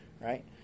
right